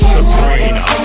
Sabrina